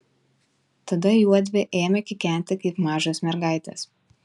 tada juodvi ėmė kikenti kaip mažos mergaitės